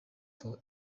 for